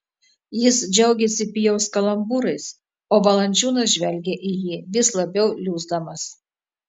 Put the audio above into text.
jis džiaugėsi pijaus kalambūrais o valančiūnas žvelgė į jį vis labiau liūsdamas